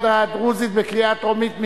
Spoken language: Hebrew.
לבני העדה הדרוזית) קריאה טרומית.